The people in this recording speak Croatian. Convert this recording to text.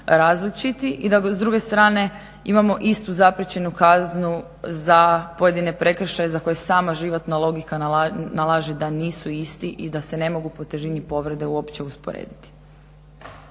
različiti. I s druge strane imamo istu zapriječenu kaznu za pojedine prekršaje za koje sama životna logika nalaže da nisu isti i da se ne mogu po težini povrede uopće usporediti.